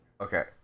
Okay